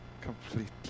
completely